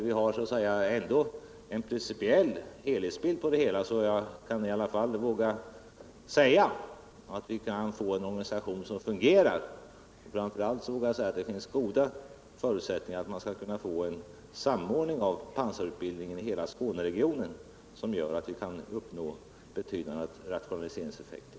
Däremot har vi en principiell helhetsbild, så att jag i alla fall vågar säga att vi kan få en organisation som fungerar. Och framför allt vågar jag säga att det finns goda förutsättningar för en samordnad pansarutbildning i hela Skåneregionen, som gör att vi kan uppnå betydande rationaliseringseffekter.